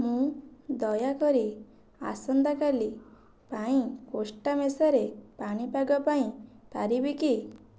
ମୁଁ ଦୟାକରି ଆସନ୍ତାକାଲି ପାଇଁ କୋଷ୍ଟା ମେସରେ ପାଣିପାଗ ପାଇଁ ପାରିବି କି